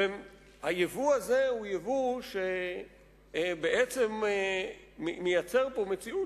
היבוא הזה הוא יבוא שבעצם מייצר מציאות